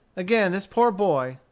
again this poor boy,